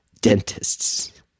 dentists